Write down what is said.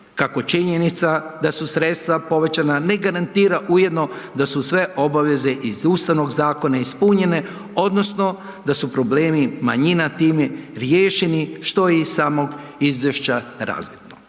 kako činjenica da su sredstva povećana ne garantira ujedno da su sve obaveze iz Ustavnog zakona ispunjene odnosno da su problemi manjina time riješeni, što je i iz samog izvješća razvidno.